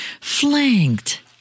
flanked